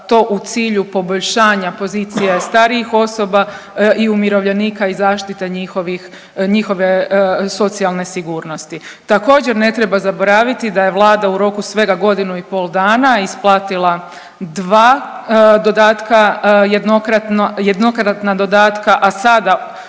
to u cilju poboljšanja pozicije starijih osoba i umirovljenika i zaštita njihovih, njihove socijalne sigurnosti. Također ne treba zaboraviti da je vlada u roku svega godinu i pol dana isplatila dva dodatka jednokratno,